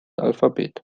alphabet